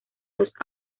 los